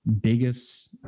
biggest